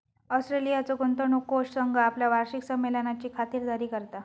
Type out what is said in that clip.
ऑस्ट्रेलियाचो गुंतवणूक कोष संघ आपल्या वार्षिक संमेलनाची खातिरदारी करता